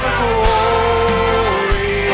glory